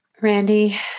Randy